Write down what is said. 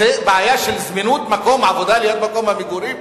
זאת בעיה של זמינות מקום עבודה ליד מקום המגורים,